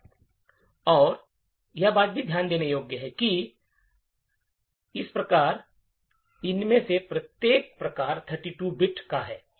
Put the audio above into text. एक और बात ध्यान देने योग्य है कि प्रकार इसलिए इनमें से प्रत्येक प्रकार 32 बिट का है